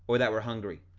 or that were hungry,